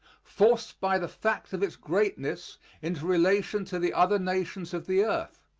forced by the fact of its greatness into relation to the other nations of the earth,